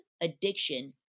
addiction